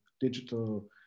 digital